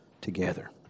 together